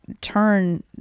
turn